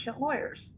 lawyers